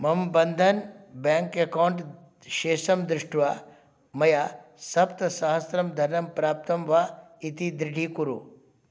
मम Bandhan bank account शेषं दृष्ट्वा मया सप्तसहस्रं धनं प्राप्तं वा इति दृढीकुरु